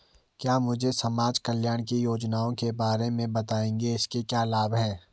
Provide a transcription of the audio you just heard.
क्या मुझे समाज कल्याण की योजनाओं के बारे में बताएँगे इसके क्या लाभ हैं?